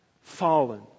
Fallen